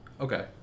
Okay